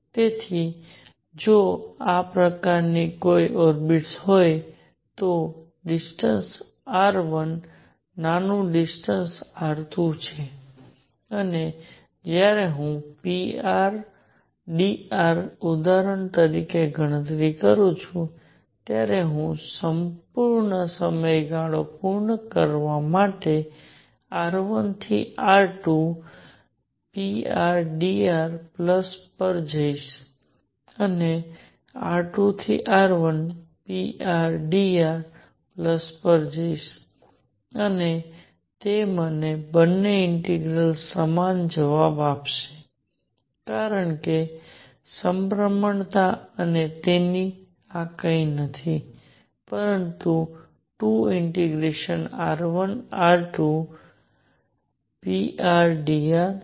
તેથી જો આ પ્રકારની કોઈ ઓર્બિટ્સ હોય તો ડિસ્ટન્સ r1 નાનું ડિસ્ટન્સ r2 છે અને જ્યારે હું prdr ઉદાહરણ તરીકે ગણતરી કરું છું ત્યારે હું સંપૂર્ણ સમયગાળો પૂર્ણ કરવા માટે r1 થી r2 prdr પ્લસ પર જઈશ અને r2 થી r1 prdr પ્લસ પર જઈશ અને તે મને બંને ઇન્ટીગ્રલ્સ સમાન જવાબ આપશે કારણ કે સમપ્રમાણતા અને તેથી આ કંઈ નથી પરંતુ 2r1r2prdr છે